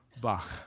Bach